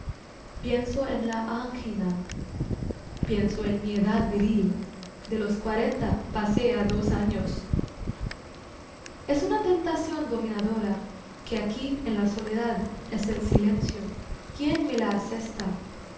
pienso en la ángina pienso en mi edad viril de los cuarenta pasé ha dos años es una tentación dominadora que aquí en la soledad es el silencio quien me la asesta